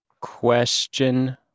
question